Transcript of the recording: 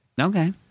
Okay